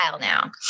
now